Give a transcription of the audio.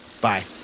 bye